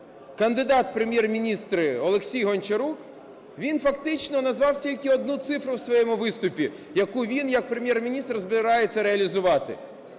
кандидат в Прем'єр-міністри Олексій Гончарук, він фактично назвав тільки одну цифру в своєму виступі, яку він як Прем'єр-міністр збирається реалізувати